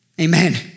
Amen